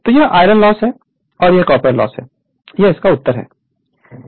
तो यह iron loss है और यह कॉपर लॉस है यह उत्तर है